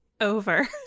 over